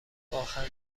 باخنده